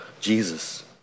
Jesus